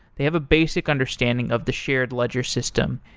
they have a basic understanding of the shared ledger system.